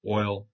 oil